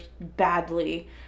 badly